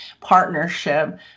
partnership